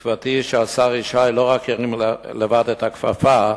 תקוותי שהשר ישי לא רק ירים לבד את הכפפה,